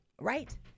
Right